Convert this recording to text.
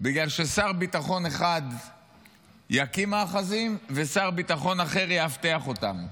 בגלל ששר ביטחון אחד יקים מאחזים ושר ביטחון אחר יאבטח אותם.